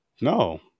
No